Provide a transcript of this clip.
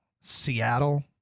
Seattle